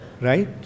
Right